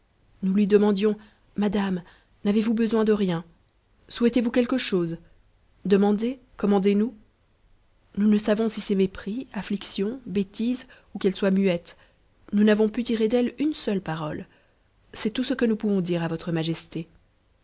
nous lui demandions madan n'avez-vous besoid de rien souhaitez-vous quelque chose demand commandez nous nous ne savons si c'est mépris affliction bètisen qu'elle soit muette nous n'avons pu tirer d'elle une seule parole cet tout ce que nous pouvons dire à votre majesté